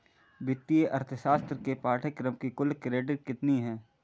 वित्तीय अर्थशास्त्र के पाठ्यक्रम की कुल क्रेडिट कितनी है?